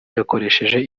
yakoresheje